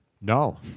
No